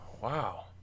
Wow